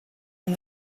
and